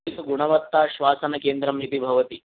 गुणवत्ताश्वासनकेन्द्रम् इति भवति